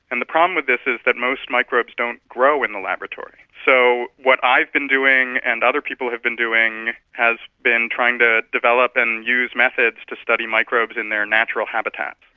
and the problem with this is that most microbes don't grow in the laboratory. so what i've been doing and other people have been doing has been trying to develop and use methods to study microbes in their natural habitats.